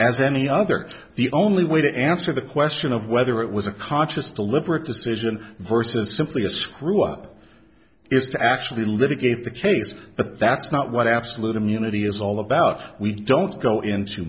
as any other the only way to answer the question of whether it was a conscious deliberate decision versus simply a screw up is that actually litigate the case but that's not what absolute immunity is all about we don't go into